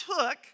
took